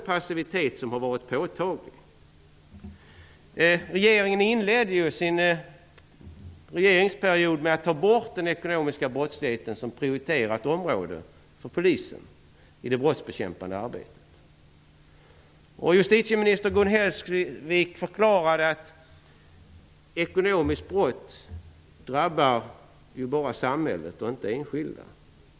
Passiviteten har varit påtaglig. Regeringen inledde sin regeringsperiod med att ta bort den ekonomiska brottsligheten som prioriterat område för Polisen i det brottsbekämpande arbetet. Justitieminister Gun Hellsvik förklarade att ekonomisk brottslighet bara drabbar samhället och inte enskilda.